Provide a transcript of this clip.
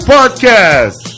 Podcast